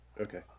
Okay